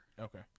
Okay